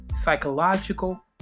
psychological